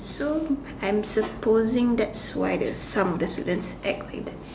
so I'm supposing that's why the some of the students act like that